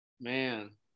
man